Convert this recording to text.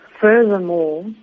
Furthermore